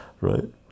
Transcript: right